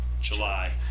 July